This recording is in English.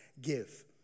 give